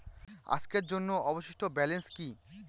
আজকের জন্য অবশিষ্ট ব্যালেন্স কি?